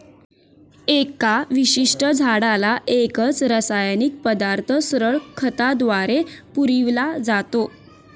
एका विशिष्ट झाडाला एकच रासायनिक पदार्थ सरळ खताद्वारे पुरविला जातो